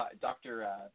Dr